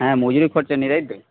হ্যাঁ মজুরি খরচা নিয়ে তাই তো